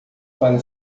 para